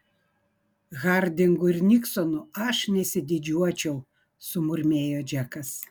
hardingu ir niksonu aš nesididžiuočiau sumurmėjo džekas